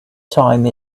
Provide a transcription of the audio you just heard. time